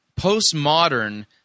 postmodern